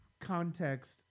context